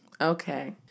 Okay